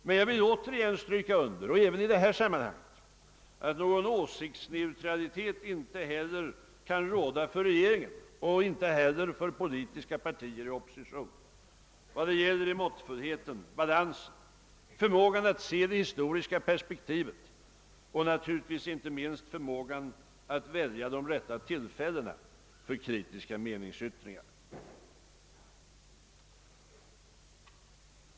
Men jag vill återigen stryka under även i detta sammanhang att någon åsiktsneutralitet inte heller kan råda för regeringen och inte heller för politiska partier i opposition. Vad det gäller är måttfullheten, balansen, förmågan att se historiska perspektiv och naturligtvis inte minst förmågan att välja de rät ta tillfällena för kritiska meningsyttringar.